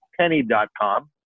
penny.com